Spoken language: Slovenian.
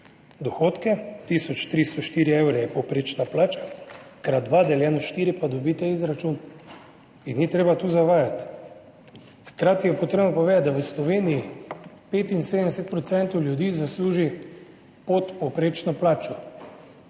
dohodke. Tisoč 304 evre je povprečna plača, krat dva, deljeno s štiri pa dobite izračun. In ni treba tu zavajati. Hkrati je treba povedati, da v Sloveniji 75 % ljudi zasluži podpovprečno plačo.